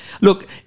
look